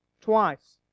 Twice